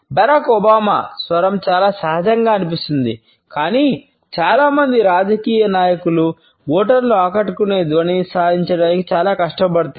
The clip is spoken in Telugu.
బరాక్ ఒబామా స్వరం చాలా సహజంగా అనిపిస్తుంది కాని చాలా మంది రాజకీయ నాయకులు ఓటర్లను ఆకట్టుకునే ధ్వనిని సాధించడానికి చాలా కష్టపడతారు